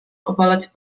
obalać